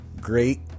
great